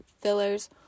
fillers